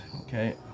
Okay